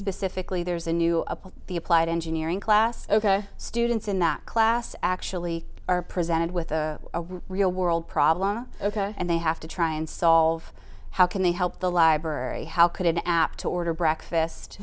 specifically there's a new up of the applied engineering class ok students in that class actually are presented with a real world problem ok and they have to try and solve how can they help the library how could an app to order breakfast